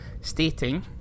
Stating